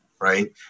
right